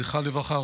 זכרה לברכה,